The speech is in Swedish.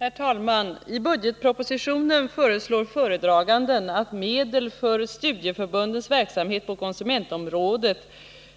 Herr talman! I budgetpropositionen föreslår föredraganden att medel för studieförbundens verksamhet på konsumentområdet